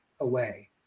away